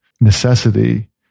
necessity